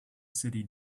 city